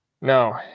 no